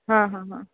हां हां हां